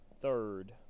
third